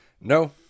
No